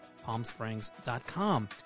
PalmSprings.com